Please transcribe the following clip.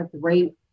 great